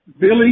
Billy